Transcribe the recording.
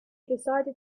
decided